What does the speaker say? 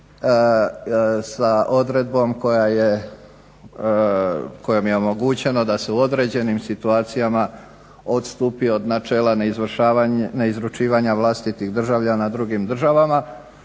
sa odredbom koja je, kojom je omogućeno da se u određenim situacijama odstupi od načela neizručivanja vlastitih državljana drugim državama,